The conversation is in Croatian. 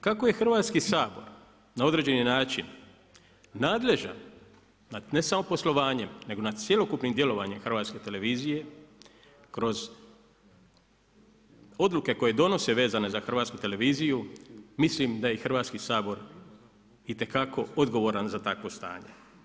Kako je Hrvatski sabor na određeni način nadležan nad ne samo poslovanjem, nego nad cjelokupnim djelovanjem Hrvatske televizije kroz odluke koje donose vezane za Hrvatsku televiziju, mislim da i Hrvatski sabor itekako odgovoran za takvo stanje.